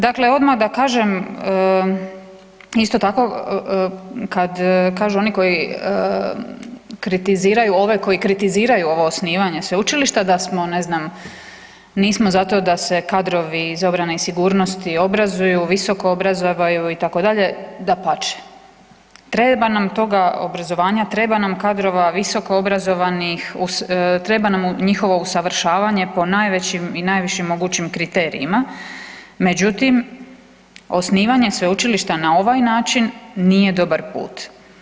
Dakle, odmah da kažem isto tako kad kažu oni koji kritiziraju ove koji kritiziraju ovo osnivanje sveučilišta da smo ne znam, nismo za to da se kadrovi iz obrane i sigurnosti obrazuju, visoko obrazuju itd., dapače treba nam toga obrazovanja, treba nam kadrova visokoobrazovanih, treba nam njihovo usavršavanje po najvećim i najviše mogućim kriterijima, međutim osnivanje sveučilišta na ovaj način nije dobar put.